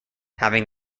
having